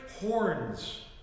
horns